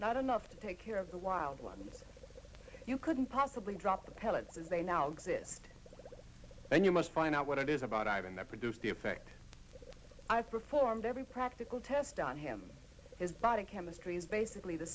not enough to take care of the wildlife you couldn't possibly drop the pellets as they now exist and you must find out what it is about ivan that produced the effect i performed every practical test on him his body chemistry is basically the